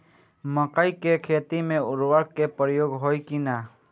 मकई के खेती में उर्वरक के प्रयोग होई की ना?